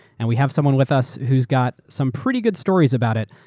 and we have someone with us who's got some pretty good stories about it,